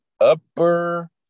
upper